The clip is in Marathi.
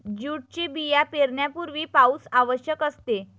जूटचे बिया पेरण्यापूर्वी पाऊस आवश्यक असते